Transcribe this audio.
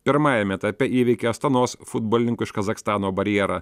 pirmajame etape įveikė astanos futbolininkų iš kazachstano barjerą